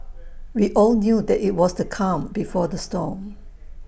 we all knew that IT was the calm before the storm